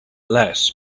less